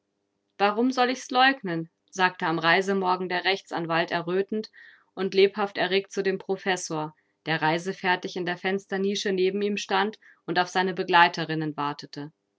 warum soll ich's leugnen sagte am reisemorgen der rechtsanwalt errötend und lebhaft erregt zu dem professor der reisefertig in der fensternische neben ihm stand und auf seine begleiterinnen wartete